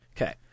Okay